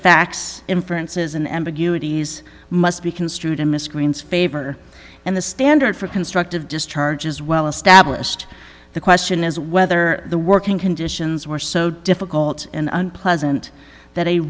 facts inferences and ambiguities must be construed in miscreants favor and the standard for constructive discharge is well established the question is whether the working conditions were so difficult and unpleasant that a